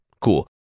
Cool